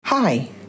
Hi